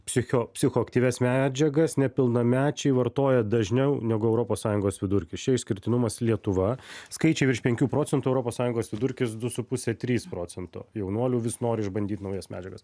psicho psichoaktyvias medžiagas nepilnamečiai vartoja dažniau negu europos sąjungos vidurkis čia išskirtinumas lietuva skaičiai virš penkių procentų europos sąjungos vidurkis du su puse trys procentų jaunuolių vis nori išbandyti naujas medžiagas